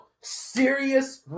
Serious